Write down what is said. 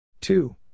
Two